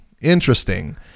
interesting